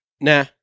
Nah